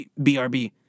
BRB